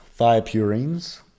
thiopurines